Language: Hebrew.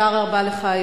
תודה רבה לך,